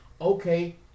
Okay